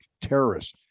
terrorists